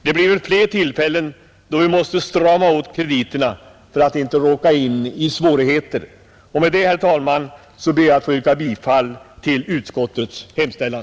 Det blir väl fler tillfällen då vi måste strama åt krediterna för att inte råka in i svårigheter. Med dessa ord ber jag, herr talman, att få yrka bifall till utskottets hemställan.